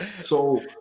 So-